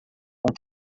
com